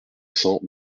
cents